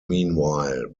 meanwhile